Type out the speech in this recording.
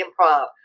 improv